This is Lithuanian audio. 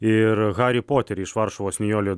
ir harį poterį iš varšuvos nijolė